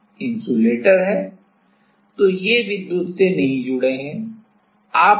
तो ये विद्युत से नहीं जुड़े हैं